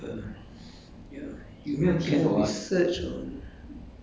that you are going down so they will like reserve a space or whatever